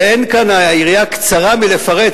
והיריעה קצרה מלפרט.